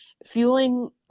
Fueling